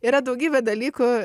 yra daugybė dalykų